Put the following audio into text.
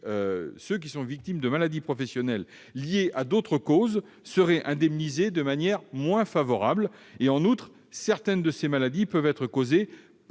les personnes victimes de maladies professionnelles liées à d'autres causes seraient indemnisées de manière moins favorable. En outre, certaines de ces maladies peuvent être causées